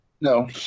No